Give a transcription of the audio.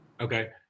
okay